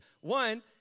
One